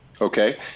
Okay